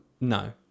No